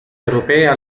europea